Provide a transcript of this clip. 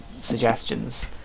suggestions